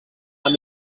amb